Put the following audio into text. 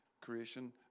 creation